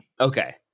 Okay